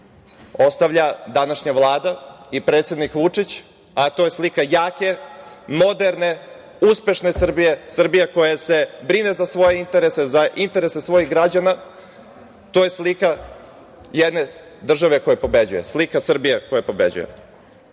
ostavlja današnja Vlada i predsednik Vučić, a to je slika jake, moderne, uspešne Srbije, Srbija koja se brine za svoje interese, za interese svojih građana. To je slika jedne države koja pobeđuje, slika Srbije koja pobeđuje. Takođe,